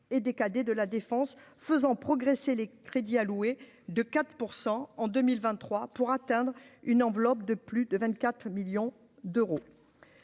et des cadets de la Défense, faisant progresser les crédits alloués de 4 % en 2023 pour atteindre une enveloppe de plus de 24 millions d'euros